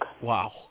Wow